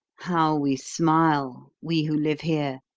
how we smile, we who live here,